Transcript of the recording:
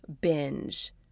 binge